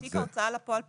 תיק ההוצאה לפועל פתוח,